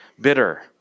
bitter